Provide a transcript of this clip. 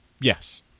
Yes